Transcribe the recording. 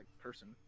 person